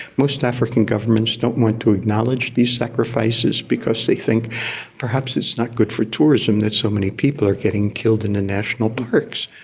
most african governments don't want to acknowledge these sacrifices because they think perhaps it's not good for tourism that so many people are getting killed in the national parks.